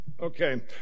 Okay